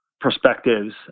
perspectives